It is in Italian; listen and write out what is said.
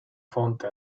fonte